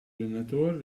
allenatore